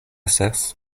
ses